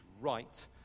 right